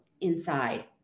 inside